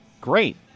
Great